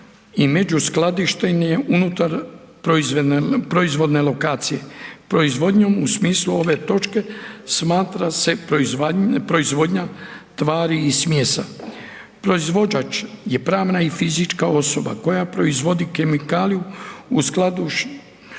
i međuskladištenje unutar proizvode lokacije. Proizvodnjom u smislu ove točke smatra se proizvodnja tvari i smjesa. Proizvođač je pravna i fizička osoba koja proizvodi kemikaliju u skladu s